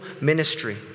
ministry